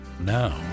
now